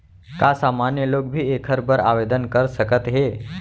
का सामान्य लोग भी एखर बर आवदेन कर सकत हे?